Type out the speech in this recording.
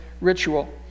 ritual